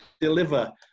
deliver